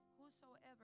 Whosoever